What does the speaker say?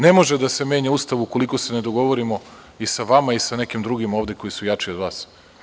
Ne može da se menja Ustav ukoliko se ne dogovorimo i sa vama i sa nekim drugima ovde koji su jači od vas.